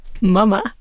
Mama